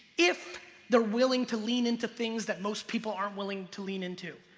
if they're willing to lean into things that most people aren't willing to lean into.